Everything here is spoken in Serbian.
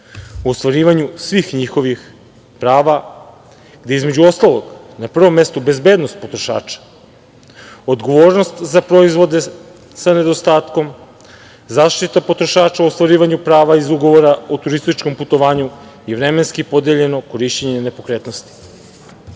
u ostvarivanju svih njihovih prava, gde je između ostalog na prvom mestu bezbednost potrošača, odgovornost za proizvode sa nedostatkom, zaštita potrošača u ostvarivanju prava iz ugovora o turističkom putovanju i vremensko podeljeno korišćenje nepokretnosti. Osnova